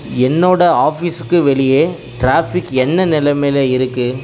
என்னோட ஆஃபீஸுக்கு வெளியே டிராஃபிக் என்ன நிலமையில இருக்கு